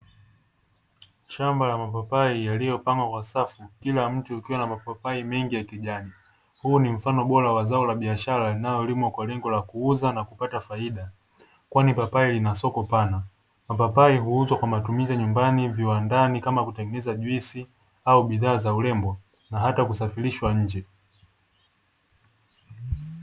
Shamba la mapapai yaliyopangwa kwa safu kila mti ukiwa na mapapai mengi ya kijani, huu ni mfano bora wa zao la biashara linalolimwa kwa lengo la kuuza na kupata faida; kwani papai lina soko pana. Mapapai huuzwa kwa matumizi ya nyumbani, viwandani kama kutengeneza juisi au bidhaa za urembo na hata kusafirishwa nje.